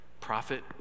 prophet